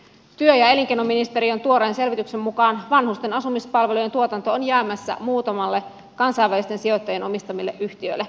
työ ja elinkeinoministeriön tuoreen selvityksen mukaan vanhusten asumispalvelujen tuotanto on jäämässä muutamalle kansainvälisten sijoittajien omistamalle yhtiölle